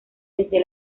desde